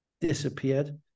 disappeared